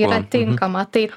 yra tinkama tai